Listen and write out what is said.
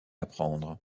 apprendre